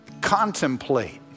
contemplate